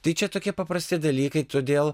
tai čia tokie paprasti dalykai todėl